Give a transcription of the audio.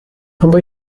aber